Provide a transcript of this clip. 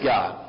God